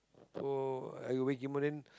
so I will wake him up then